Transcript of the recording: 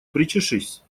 причешись